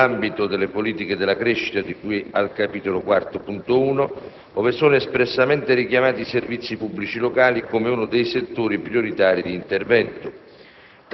nell'ambito delle politiche della crescita di cui al capitolo IV.1, ove sono espressamente richiamati i servizi pubblici locali come uno dei settori prioritari di intervento.